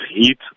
heat